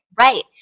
Right